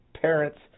parents